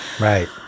Right